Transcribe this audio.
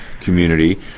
community